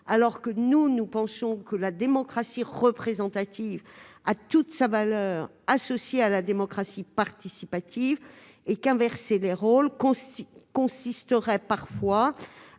le référendum. Or nous pensons que la démocratie représentative a toute sa valeur associée à la démocratie participative. Inverser les rôles risquerait parfois